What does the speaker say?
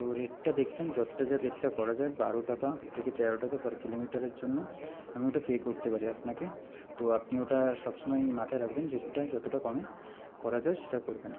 তো রেটটা দেখবেন যতটা যা রেটটা করা যায় বারো টাকা থেকে তেরো টাকা পার কিলোমিটারের জন্য আমি ওটা পে করতে পারি আপনাকে তো আপনি ওটা সবসময়ই মাথায় রাখবেন রেটটা যতটা কমে করা যায় সেটা করবেন